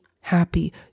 happy